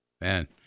Man